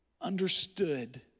understood